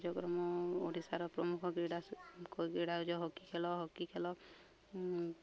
କାର୍ଯ୍ୟକ୍ରମ ଓଡ଼ିଶାର ପ୍ରମୁଖ କ୍ରୀଡ଼ା କ୍ରୀଡ଼ା ହେଉଛି ହକି ଖେଳ ହକି ଖେଳ